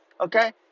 Okay